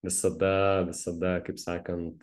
visada visada kaip sakant